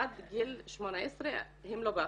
עד גיל 18 הם לא באחריותי.